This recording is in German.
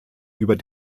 über